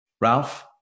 Ralph